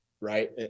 Right